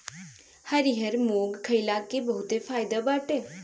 हरिहर मुंग खईला के बहुते फायदा बाटे